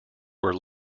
were